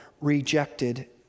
rejected